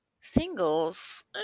singles